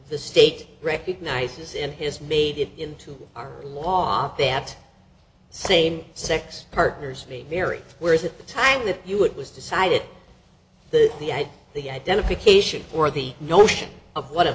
the state recognizes in his made it into our law that same sex partners very whereas at the time that you it was decided the the idea the identification for the notion of what a